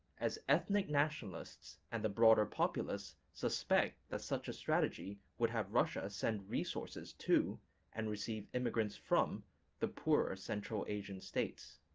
as ethnic nationalists and the broader populace suspect that such a strategy would have russia send resources to and receive immigrants from the poorer central asian states.